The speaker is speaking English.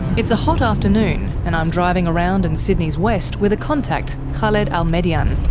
it's a hot afternoon, and i'm driving around in sydney's west with a contact, khaled al-medyan.